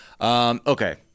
Okay